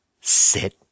sit